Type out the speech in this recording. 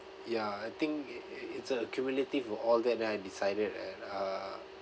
ya I think it it it's a cumulative of all that then I decided that uh